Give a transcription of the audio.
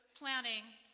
planning,